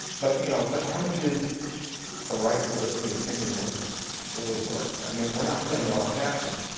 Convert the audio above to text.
but, you know, but how much is the right of publicity of any one of us really worth? i mean, we're not samuel l. jackson.